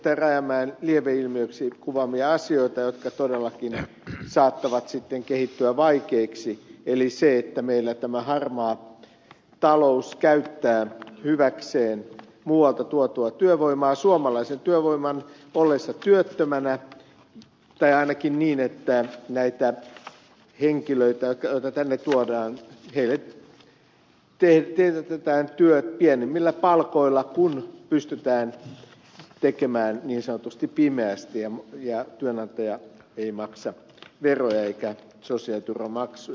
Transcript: rajamäen lieveilmiöiksi kuvaamia asioita jotka todellakin saattavat sitten kehittyä vaikeiksi eli meillä tämä harmaa talous käyttää hyväkseen muualta tuotua työvoimaa suomalaisen työvoiman ollessa työttömänä tai ainakin niin että näillä henkilöillä joita tänne tuodaan teetätetään työt pienemmillä palkoilla kun pystytään tekemään niin sanotusti pimeästi ja työnantaja ei maksa veroja eikä sosiaaliturvamaksuja